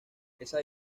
esa